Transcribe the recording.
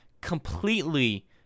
completely